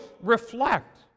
reflect